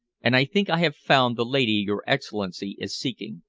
and i think i have found the lady your excellency is seeking.